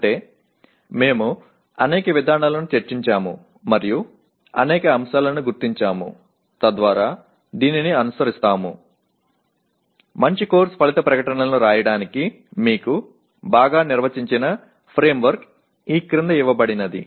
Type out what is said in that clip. అంటే మేము అనేక విధానాలను చర్చించాము మరియు అనేక అంశాలను గుర్తించాము తద్వారా దానిని అనుసరిస్తాము మంచి కోర్సు ఫలిత ప్రకటనలను వ్రాయడానికి మీకు బాగా నిర్వచించిన ఫ్రేమ్వర్క్ ఈ క్రింద ఇవ్వబడినది